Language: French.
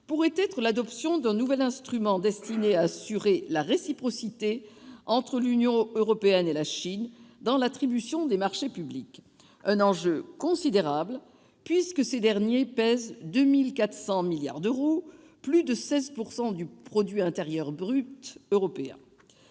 pourrait être l'adoption d'un nouvel instrument destiné à assurer la réciprocité entre l'Union européenne et la Chine dans l'attribution des marchés publics. Il s'agit là d'un enjeu considérable puisque ces derniers pèsent 2 400 milliards d'euros, soit plus de 16 % du produit